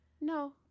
no